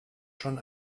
schon